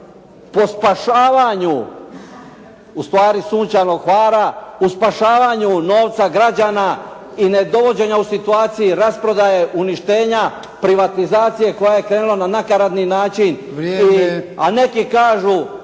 po spašavanju ustvari "Sunčanog Hvara", u spašavanju novca građana i ne dovođenja u situacije rasprodaje uništenja privatizacije koja je krenula na nakaradni način, a neki kažu